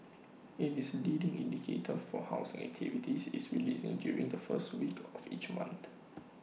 IT is leading indicator for housing activity is released during the first week of each month